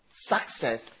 success